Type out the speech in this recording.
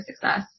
success